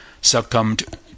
succumbed